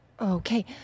Okay